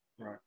right